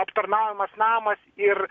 aptarnaujamas namas ir